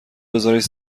بزارش